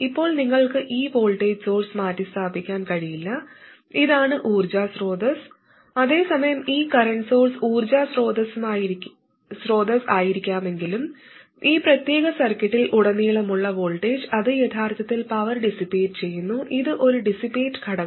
ഇപ്പോൾ നിങ്ങൾക്ക് ഈ വോൾട്ടേജ് സോഴ്സ് മാറ്റിസ്ഥാപിക്കാൻ കഴിയില്ല ഇതാണ് ഊർജ്ജ സ്രോതസ്സ് അതേസമയം ഈ കറന്റ് സോഴ്സ് ഊർജ്ജ സ്രോതസ്സായിരിക്കാമെങ്കിലും ഈ പ്രത്യേക സർക്യൂട്ടിൽ ഉടനീളമുള്ള വോൾട്ടേജ് അത് യഥാർത്ഥത്തിൽ പവർ ഡിസിപേറ്റ് ചെയ്യുന്നു ഇത് ഒരു ഡിസിപേറ്റ് ഘടകം